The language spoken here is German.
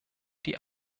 die